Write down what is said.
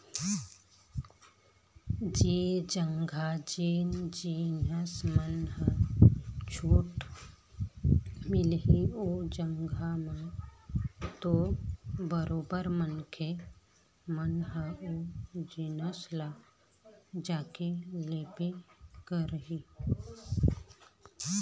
जेन जघा जेन जिनिस मन ह छूट मिलही ओ जघा म तो बरोबर मनखे मन ह ओ जिनिस ल जाके लेबे करही